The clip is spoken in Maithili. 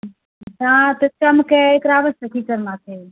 दाँत टनकै हइ एकरा बास्ते की करना चाही